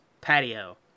patio